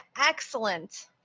excellent